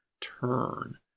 turn